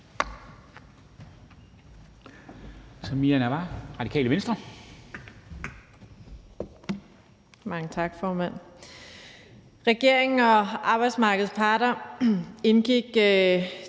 Regeringen og arbejdsmarkedets parter indgik